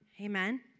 Amen